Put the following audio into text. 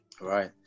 Right